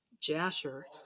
Jasher